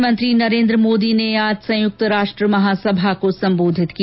प्रधानमंत्री नरेन्द्र मोदी ने आज संयुक्त राष्ट्र महासभा को सम्बोधित किया